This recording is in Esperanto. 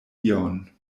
ion